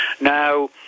Now